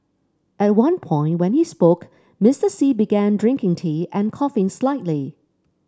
at one point when he spoke Mister Xi began drinking tea and coughing slightly